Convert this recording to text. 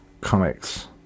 Comics